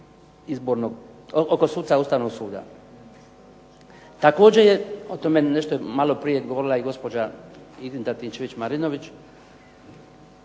uvjetima oko suca Ustavnog suda. Također je o tome je nešto malo prije govorila i gospođa Ingrid Antičević Marinović